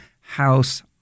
house